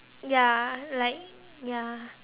ya like ya